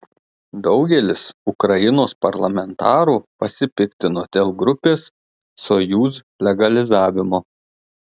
daugelis ukrainos parlamentarų pasipiktino dėl grupės sojuz legalizavimo